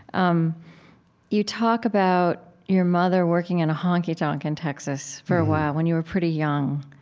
um you talk about your mother working in a honky-tonk in texas for a while when you were pretty young,